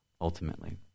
ultimately